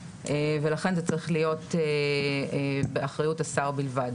ולכן זה צריך להיות באחריות השר בלבד.